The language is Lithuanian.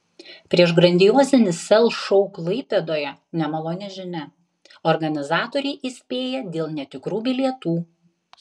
prieš grandiozinį sel šou klaipėdoje nemaloni žinia organizatoriai įspėja dėl netikrų bilietų